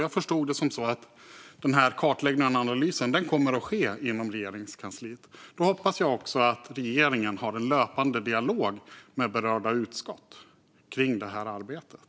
Jag förstod det som att kartläggningen och analysen kommer att ske inom Regeringskansliet. Jag hoppas att regeringen då har en löpande dialog med berörda utskott om det arbetet.